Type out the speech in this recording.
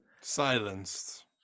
Silenced